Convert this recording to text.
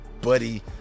Buddy